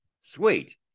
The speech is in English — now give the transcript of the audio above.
sweet